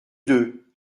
deux